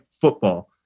football